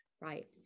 right